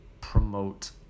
promote